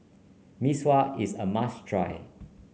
Mee Sua is a must try